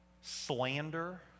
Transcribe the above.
Slander